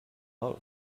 love